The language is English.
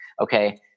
Okay